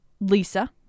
Lisa